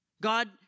God